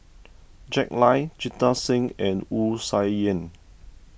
Jack Lai Jita Singh and Wu Tsai Yen